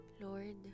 Lord